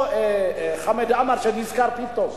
או חמד עמאר, שנזכר פתאום?